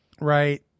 Right